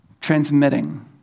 transmitting